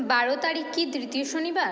বারো তারিখ কি দ্বিতীয় শনিবার